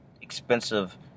expensive